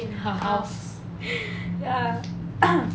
in her house ya